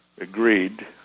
agreed